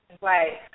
Right